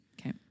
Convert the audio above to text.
Okay